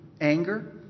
anger